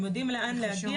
הן יודעות לאן להגיע.